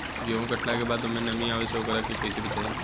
गेंहू कटला के बाद ओमे नमी आवे से ओकरा के कैसे बचाई?